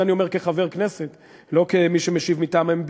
את זה אני אומר כחבר כנסת ולא כמי שמשיב מטעם הממשלה,